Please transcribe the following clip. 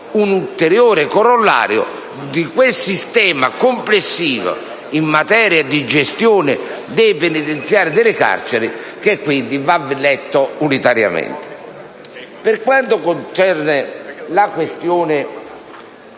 un ulteriore corollario del sistema complessivo di gestione dei penitenziari e delle carceri, che dunque va considerato unitariamente. Per quanto concerne la questione